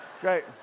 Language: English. Great